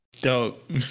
Dope